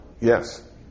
Yes